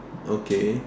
okay